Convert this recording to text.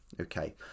okay